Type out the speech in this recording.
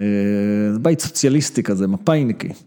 ‫זה בית סוציאליסטי כזה, מפא"יניקי